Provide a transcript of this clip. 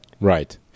Right